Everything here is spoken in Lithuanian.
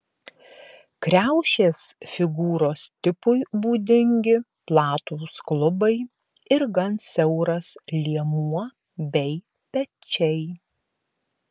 kriaušės figūros tipui būdingi platūs klubai ir gan siauras liemuo bei pečiai